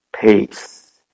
Peace